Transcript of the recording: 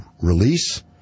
release